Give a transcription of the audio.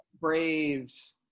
Braves